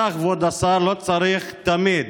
אתה, כבוד השר, לא צריך תמיד